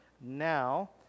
now